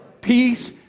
peace